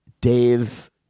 Dave